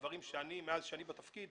הדברים שידועים לי מאז שאני בתפקיד,